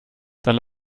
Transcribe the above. dann